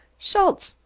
schultze,